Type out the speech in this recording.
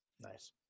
Nice